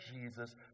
Jesus